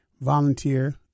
volunteer